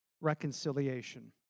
reconciliation